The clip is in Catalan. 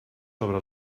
sobre